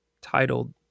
titled